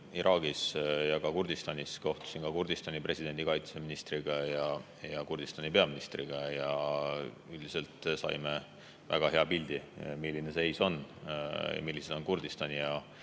Iraagis ja ka Kurdistanis, kohtusin ma Kurdistani presidendi, kaitseministri ja peaministriga. Üldiselt saime väga hea pildi, milline seis on ja millised on Kurdistani